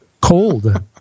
cold